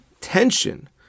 tension